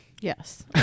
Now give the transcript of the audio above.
Yes